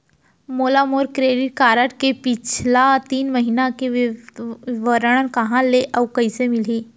मोला मोर credit card के पिछला तीन महीना के विवरण कहाँ ले अऊ कइसे मिलही?